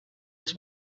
els